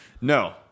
No